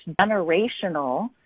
generational